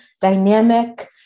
dynamic